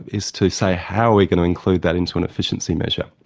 is to say how we're going to include that into an efficiency measure.